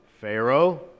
Pharaoh